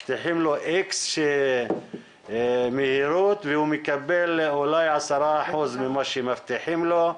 מבטיחים לו X מהירות והוא מקבל אולי 10% ממה שמבטיחים לו,